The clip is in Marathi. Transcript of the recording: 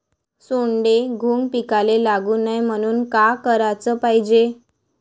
सोंडे, घुंग पिकाले लागू नये म्हनून का कराच पायजे?